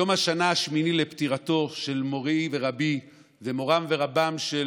יום השנה השמיני לפטירתו של מורי ורבי ומורם ורבם של